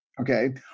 Okay